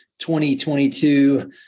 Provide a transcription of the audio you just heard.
2022